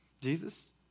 Jesus